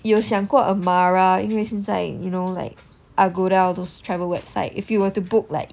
有想过 amara 因为现在 you know like agoda all those travel website if you were to book like